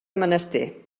menester